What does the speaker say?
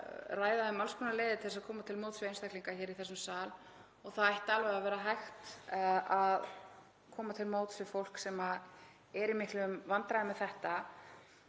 ræða um alls konar leiðir til að koma til móts við einstaklinga í þessum sal og það ætti alveg að vera hægt að koma til móts við fólk sem er í miklum vandræðum með þetta.